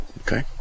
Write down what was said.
Okay